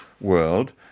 world